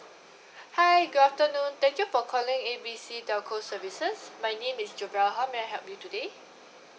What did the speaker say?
hi good afternoon thank you for calling A B C telco services my name is jobelle how may I help you today